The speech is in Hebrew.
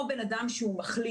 או בן אדם שמחלים,